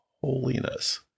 holiness